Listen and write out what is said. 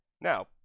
Now